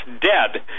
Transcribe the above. dead